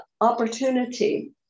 opportunity